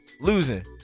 losing